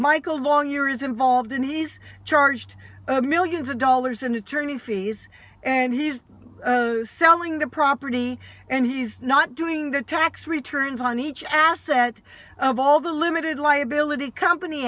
michael long year is involved and he's charged millions of dollars in attorney fees and he's selling the property and he's not doing the tax returns on each asset of all the limited liability company